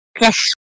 yes